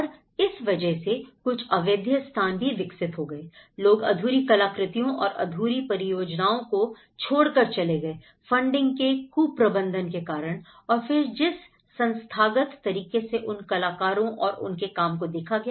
और इस वजह से कुछ अवैध स्थान भी विकसित हो गए हैं लोग अधूरी कलाकृतियों और अधूरी परियोजनाओं को छोड़ कर चले गए फंडिंग के कुप्रबंधन के कारण और फिर जिस संस्थागत तरीके से उन कलाकारों और उनके काम को देखा गया